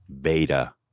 beta